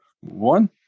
One